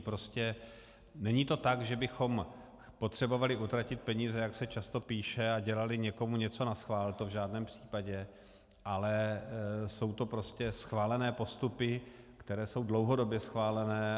Prostě není to tak, že bychom potřebovali utratit peníze, jak se často píše, a dělali někomu něco naschvál, to v žádném případě, ale jsou to prostě schválené postupy, které jsou dlouhodobě schválené.